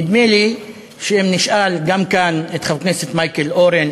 נדמה לי שאם נשאל גם כאן את חבר הכנסת מייקל אורן,